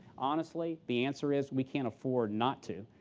honestly, the answer is, we can't afford not to.